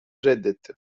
reddetti